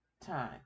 time